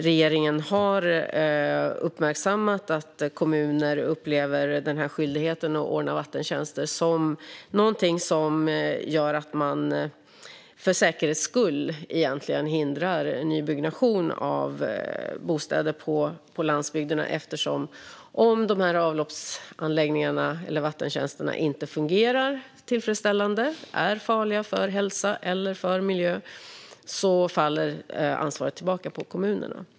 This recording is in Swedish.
Regeringen har uppmärksammat att kommuner upplever att skyldigheten att ordna vattentjänster leder till att man, egentligen för säkerhets skull, hindrar nybyggnation av bostäder på landsbygderna. Om avloppsanläggningarna eller vattentjänsterna inte fungerar tillfredsställande och är farliga för hälsa eller miljö faller ansvaret nämligen tillbaka på kommunerna.